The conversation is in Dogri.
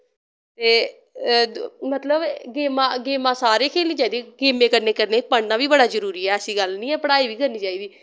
ते मतलव गेमां गेमां सारें खेलनी चाहिदी गेमें कन्ने कन्ने पढ़ना वी बड़ा जरूरी ऐ ऐसी गल्ल निं ऐ पढ़ाई वी करनी चाहिदी